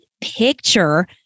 picture